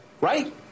right